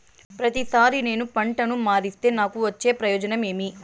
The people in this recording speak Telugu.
ప్రతిసారి నేను పంటను మారిస్తే నాకు వచ్చే ప్రయోజనం ఏమి?